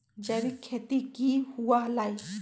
जैविक खेती की हुआ लाई?